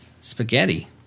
spaghetti